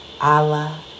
Allah